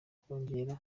kongera